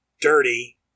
dirty